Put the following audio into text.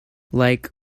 like